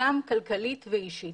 גם כלכלית ואישית,